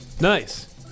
Nice